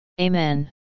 Amen